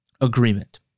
agreement